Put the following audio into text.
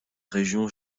région